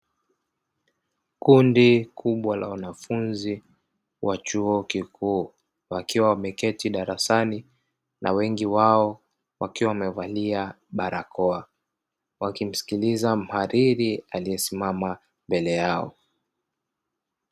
Kundi kubwa la wanafunzi wa chuo kikuu wakiwa wameketi darasani na wengi wao wakiwa wamevalia barakoa, wakimsikiliza mhariri aliyesimama mbele yao.